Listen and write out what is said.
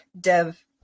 dev